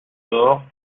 door